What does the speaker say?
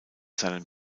seinen